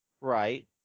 Right